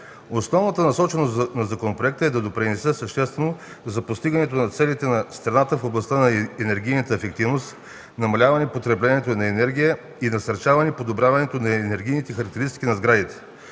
Основната насоченост на законопроекта е да допринесе съществено за постигането на целите на страната в областта на енергийната ефективност, намаляване потреблението на енергия и насърчаване подобряването на енергийните характеристики на сградите.